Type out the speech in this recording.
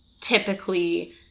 typically